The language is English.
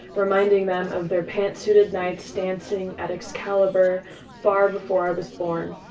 reminding them of their pant-suited nights dancing at excalibur far before i was born.